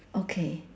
okay